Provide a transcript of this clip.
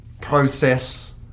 process